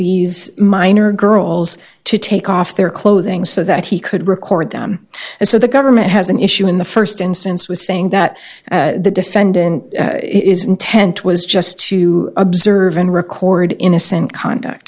these minor girls to take off their clothing so that he could record them and so the government has an issue in the first instance with saying that the defendant is intent was just to observe and record innocent conduct